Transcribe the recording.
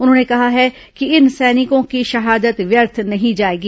उन्होंने कहा है कि इन सैनिकों की शहादत व्यर्थ नहीं जाएगी